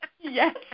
Yes